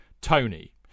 Tony